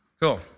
cool